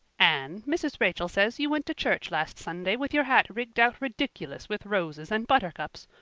anne, mrs. rachel says you went to church last sunday with your hat rigged out ridiculous with roses and buttercups.